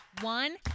one